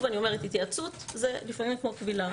התייעצות זה לפעמים כמו קבילה.